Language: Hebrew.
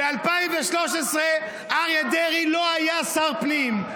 ב-2013 אריה דרעי לא היה שר פנים,